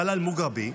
דלאל מוגרבי,